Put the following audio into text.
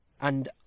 And